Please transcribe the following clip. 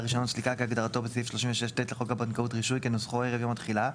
סליקה כהגדרתו בסעיף 36ט לחוק הבנקאות (רישוי) כנוסחו ערב יום התחילה,